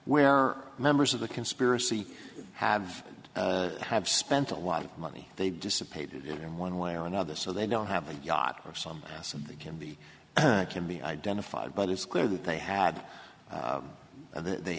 where members of the conspiracy have have spent a lot of money they dissipated in one way or another so they don't have a yacht or some house and they can be can be identified but it's clear that they had they